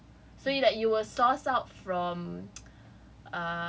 usually free stuff so like you will source out from